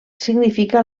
significa